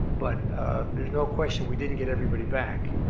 but there's no question we didn't get everybody back.